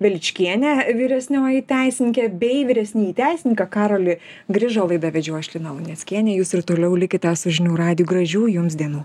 veličkienę vyresnioji teisininkė bei vyresnįjį teisininką karolį grižą laidą vedžiau aš lina luneckienė jūs ir toliau likite su žinių radiju gražių jums dienų